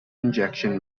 injection